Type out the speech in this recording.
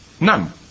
None